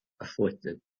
afflicted